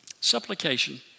Supplication